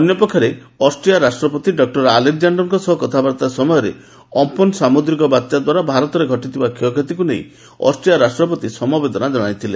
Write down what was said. ଅନ୍ୟ ପକ୍ଷରେ ଅଷ୍ଟ୍ରିଆ ରାଷ୍ଟ୍ରପତି ଡକ୍ର ଆଲେକ୍ଜଣ୍ଡାରଙ୍କ ସହ କଥାବାର୍ତ୍ତା ସମୟରେ ଅମ୍ପନ୍ ସାମୁଦ୍ରିକ ବାତ୍ୟା ଦ୍ୱାରା ଭାରତରେ ଘଟିଥିବା କ୍ଷୟକ୍ଷତିକୁ ନେଇ ଅଷ୍ଟ୍ରିଆ ରାଷ୍ଟ୍ରପତି ସମବେଦନା ଜଣାଇଥିଲେ